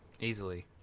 easily